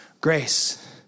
Grace